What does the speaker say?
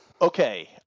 Okay